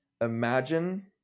Imagine